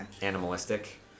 animalistic